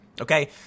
Okay